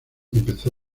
empezó